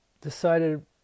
decided